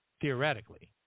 theoretically